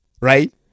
right